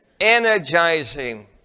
Energizing